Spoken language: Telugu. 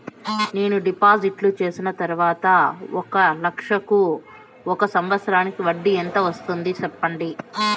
నేను డిపాజిట్లు చేసిన తర్వాత ఒక లక్ష కు ఒక సంవత్సరానికి వడ్డీ ఎంత వస్తుంది? సెప్పండి?